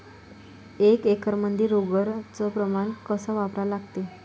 एक एकरमंदी रोगर च प्रमान कस वापरा लागते?